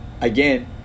again